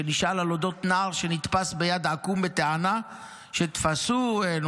שנשאל על אודות נער שנתפס ביד עכו"ם בטענה שתפסוהו עם,